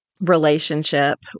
relationship